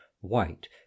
white